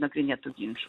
nagrinėtų ginčų